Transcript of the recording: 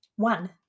One